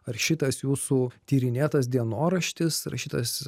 ar šitas jūsų tyrinėtas dienoraštis rašytas